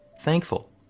thankful